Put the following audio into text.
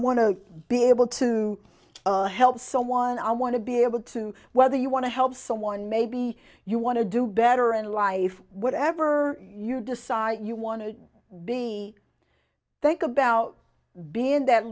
to be able to help someone i want to be able to whether you want to help someone maybe you want to do better in life whatever you decide you want to be think about being that